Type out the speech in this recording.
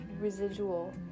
residual